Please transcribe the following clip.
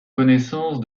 connaissance